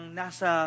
nasa